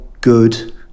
good